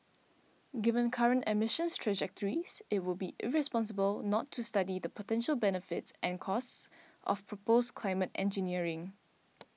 given current emissions trajectories it would be irresponsible not to study the potential benefits and costs of proposed climate engineering